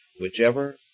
Whichever